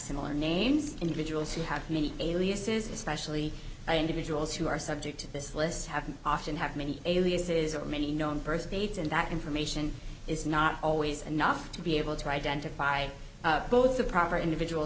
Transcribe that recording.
similar names individuals who have many aliases especially the individuals who are subject to this list have been often have many aliases or many known birth dates and that information is not always enough to be able to identify both the proper individual